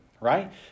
right